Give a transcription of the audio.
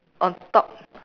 on top